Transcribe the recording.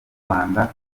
rwanda